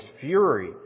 fury